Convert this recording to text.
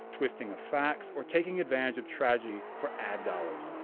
twisting of facts or taking advantage of tragedy for ad dollars.